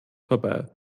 vorbei